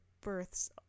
births